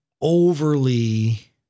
overly